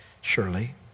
surely